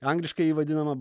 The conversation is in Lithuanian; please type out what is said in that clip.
angliškai vadinama